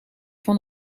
van